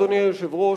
אדוני היושב-ראש,